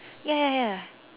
ya ya ya